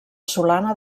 solana